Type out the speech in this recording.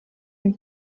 and